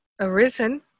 arisen